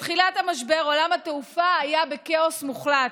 בתחילת המשבר עולם התעופה היה בכאוס מוחלט.